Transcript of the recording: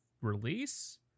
release